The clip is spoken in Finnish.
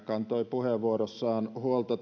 kantoi puheenvuorossaan huolta